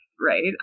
right